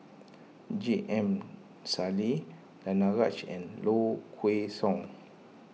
J M Sali Danaraj and Low Kway Song